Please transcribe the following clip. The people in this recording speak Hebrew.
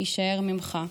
יישאר ממך".